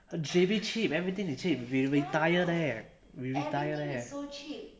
J_B cheap everything is cheap we retire there we retire there